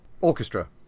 orchestra